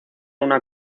una